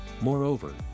Moreover